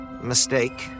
mistake